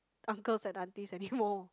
uncles and aunties anymore